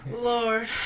Lord